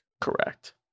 Correct